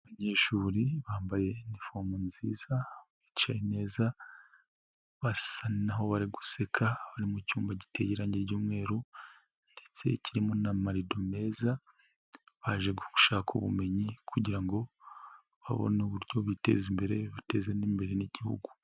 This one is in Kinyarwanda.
Abanyeshuri bambaye inifomu nziza, bicaye neza, basa naho bari guseka, bari mu cyumba giteye irangi ry'umweru ndetse kirimo n'amarido meza, baje gushaka ubumenyi kugira ngo babone uburyo biteza imbere bateze n'imbere n'Igihugu.